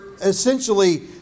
essentially